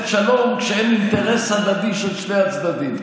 שלום כשאין אינטרס הדדי של שני הצדדים.